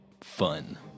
Fun